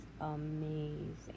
amazing